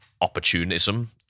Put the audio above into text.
opportunism